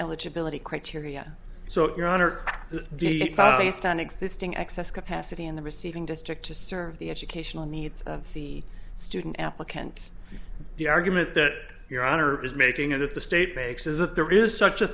eligibility criteria so your honor the v a it's all based on existing excess capacity in the receiving district to serve the educational needs of the student applicants the argument that your honor is making it of the state makes is that there is such a